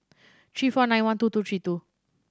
three four nine one two two three two